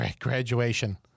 Graduation